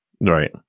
right